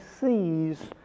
sees